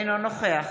אינו נוכח